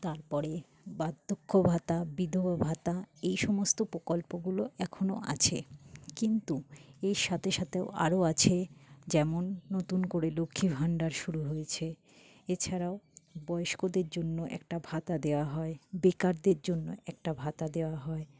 তারপরে বার্ধক্য ভাতা বিধবা ভাতা এই সমস্ত প্রকল্পগুলো এখনো আছে কিন্তু এর সাথে সাথেও আরো আছে যেমন নতুন করে লক্ষ্মী ভাণ্ডার শুরু হয়েছে এছাড়াও বয়স্কদের জন্য একটা ভাতা দেওয়া হয় বেকারদের জন্য একটা ভাতা দেওয়া হয়